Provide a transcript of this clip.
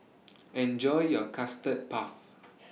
Enjoy your Custard Puff